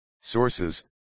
Sources